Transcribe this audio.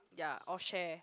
ya or share